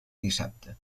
dissabte